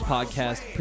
Podcast